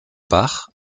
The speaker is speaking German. bach